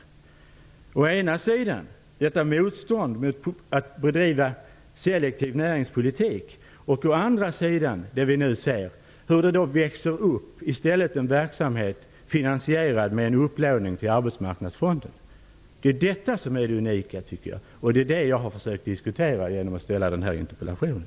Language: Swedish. Man sätter upp ett motstånd mot bedrivande av en selektiv näringspolitik. Å andra sidan växer det nu i stället upp en verksamhet finansierad med en upplåning i Arbetsmarknadsfonden. Det är detta som är det unika och som jag har velat få en diskussion om genom att framställa min interpellation.